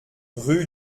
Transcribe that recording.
rue